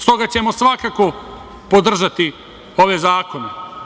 S toga ćemo svakako podržati ove zakone.